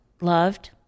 loved